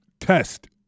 test